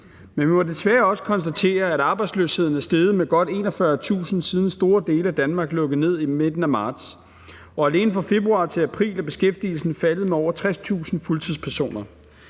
Men vi må desværre også konstatere, at arbejdsløsheden er steget med godt 41.000, siden store dele af Danmark lukkede ned i midten af marts, og alene fra februar til april er beskæftigelsen faldet med over 60.000 fuldtidspersoner.